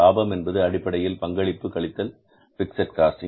லாபம் என்பது அடிப்படையில் பங்களிப்பு கழித்தல் பிக்ஸட் காஸ்ட்